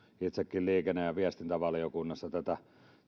itsekin liikenne ja viestintävaliokunnassa tätä